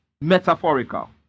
metaphorical